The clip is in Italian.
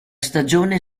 stagione